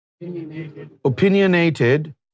opinionated